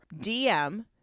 DM